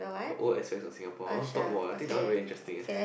the old aspect of Singapore talk more I think the one very interesting eh